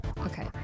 Okay